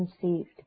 conceived